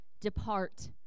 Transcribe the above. depart